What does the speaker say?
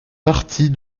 partie